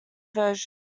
version